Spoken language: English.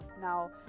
Now